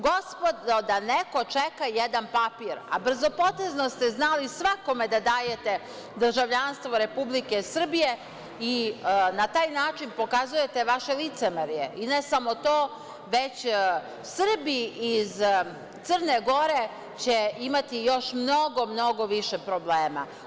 Gospodo, da neko čeka jedan papir, a brzopotezno ste znali svakome da dajete državljanstvo Republike Srbije i na taj način pokazujete vaše licemerje i ne samo to, već Srbi iz Crne Gore će imati još mnogo, mnogo više problema.